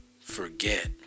forget